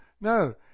No